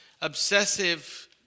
obsessive